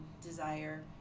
desire